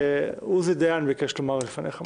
עוזי דיין ביקש לומר לפניך משהו.